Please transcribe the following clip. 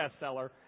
bestseller